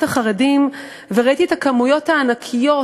החרדים ראיתי את המספרים הענקיים,